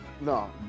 No